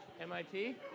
MIT